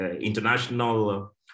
international